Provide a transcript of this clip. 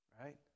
right